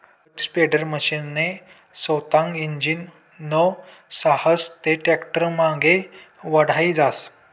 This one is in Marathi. खत स्प्रेडरमशीनले सोतानं इंजीन नै रहास ते टॅक्टरनामांगे वढाई जास